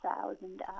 thousand